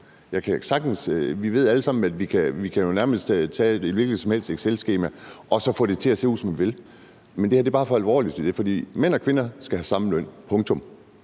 Vi ved alle sammen, at vi jo nærmest kan tage et hvilket som helst excelskema og få det til at se ud, som vi vil, men det her er bare for alvorligt til det. For mænd og kvinder skal have samme løn – punktum.